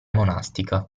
monastica